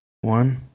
one